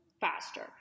faster